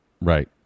right